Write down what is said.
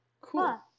Cool